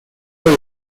year